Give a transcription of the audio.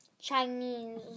Chinese